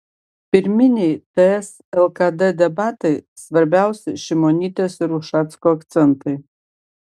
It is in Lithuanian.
pirminiai ts lkd debatai svarbiausi šimonytės ir ušacko akcentai